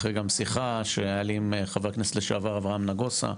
אחרי גם שיחה שהיתה לי עם ח"כ לשעבר אברהם נגוסה,